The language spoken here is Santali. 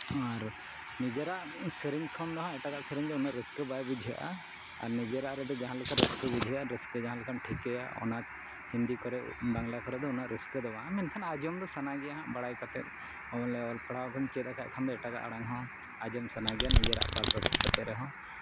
ᱟᱨ ᱱᱤᱡᱮᱨᱟᱜ ᱥᱮᱨᱮᱧ ᱠᱷᱚᱱ ᱫᱚ ᱦᱟᱸᱜ ᱮᱴᱟᱜᱟᱜ ᱥᱮᱨᱮᱧ ᱫᱚ ᱩᱱᱟᱹᱜ ᱨᱟᱹᱥᱠᱟᱹ ᱵᱟᱭ ᱵᱩᱡᱷᱟᱹᱜᱼᱟ ᱟᱨ ᱱᱤᱡᱮᱨᱟᱜ ᱨᱮᱫᱚ ᱡᱟᱦᱟᱸᱞᱮᱠᱟ ᱨᱟᱹᱥᱠᱟᱹ ᱵᱩᱡᱷᱟᱹᱜᱼᱟ ᱨᱟᱹᱥᱠᱟᱹ ᱵᱩᱡᱷᱟᱹᱜᱼᱟ ᱟᱨ ᱱᱤᱡᱮᱨᱟᱜ ᱨᱮᱫᱚ ᱡᱟᱦᱟᱸᱞᱮᱠᱟ ᱨᱟᱹᱥᱠᱟᱹ ᱵᱩᱡᱷᱟᱹᱜᱼᱟ ᱨᱟᱹᱥᱠᱟᱹ ᱡᱟᱦᱟᱸ ᱞᱮᱠᱟᱢ ᱴᱷᱤᱠᱟᱹᱭᱟ ᱚᱱᱟ ᱦᱤᱱᱫᱤ ᱠᱚᱨᱮᱫ ᱵᱟᱝᱞᱟ ᱠᱚᱨᱮ ᱩᱱᱟᱹᱜ ᱨᱟᱹᱥᱠᱟᱹ ᱫᱚ ᱵᱟᱝ ᱢᱮᱱᱠᱷᱟᱱ ᱟᱸᱡᱚᱢ ᱫᱚ ᱥᱟᱱᱟ ᱜᱮᱭᱟ ᱦᱟᱸᱜ ᱵᱟᱲᱟᱭ ᱠᱟᱛᱮᱫ ᱚᱞ ᱯᱟᱲᱦᱟᱣ ᱵᱮᱱ ᱪᱮᱫ ᱟᱠᱟᱫ ᱨᱮᱦᱚᱸ ᱮᱴᱟᱜᱟᱜ ᱟᱲᱟᱝ ᱫᱚ ᱟᱡᱚᱢ ᱥᱟᱱᱟ ᱜᱮᱭᱟ ᱱᱤᱡᱮᱨᱟᱜ ᱵᱟᱫ ᱵᱟᱹᱠᱤ ᱠᱟᱛᱮᱫ ᱨᱮᱦᱚᱸ